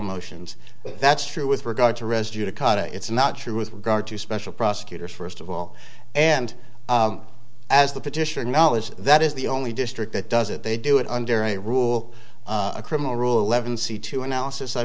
motions that's true with regard to rest judicata it's not true with regard to special prosecutors first of all and as the petitioner knowledge that is the only district that does it they do it under a rule a criminal rule eleven c two analysis i